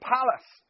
Palace